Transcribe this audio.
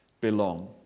belong